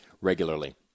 regularly